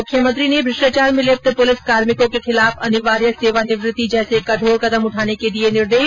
मुख्यमंत्री ने भ्रष्टाचार में लिप्त पुलिस कार्मिकों के खिलाफ अनिवार्य सेवानिवृत्ति जैसे कठोर कदम उठाने के दिए निर्देश